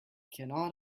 cannot